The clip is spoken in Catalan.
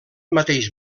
mateix